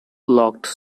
logged